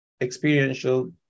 experiential